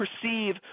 perceive